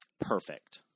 Perfect